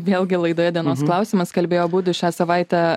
vėlgi laidoje dienos klausimas kalbėjo abudu šią savaitę